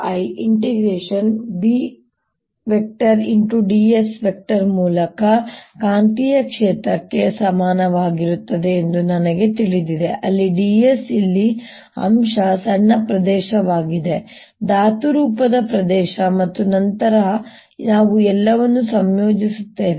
dS ಮೂಲಕ ಕಾಂತೀಯ ಕ್ಷೇತ್ರಕ್ಕೆ ಸಮನಾಗಿರುತ್ತದೆ ಎಂದು ನನಗೆ ತಿಳಿದಿದೆ ಅಲ್ಲಿ d s ಇಲ್ಲಿ ಅಂಶ ಸಣ್ಣ ಪ್ರದೇಶವಾಗಿದೆ ಧಾತುರೂಪದ ಪ್ರದೇಶ ಮತ್ತು ನಂತರ ನಾವು ಎಲ್ಲವನ್ನೂ ಸಂಯೋಜಿಸುತ್ತೇವೆ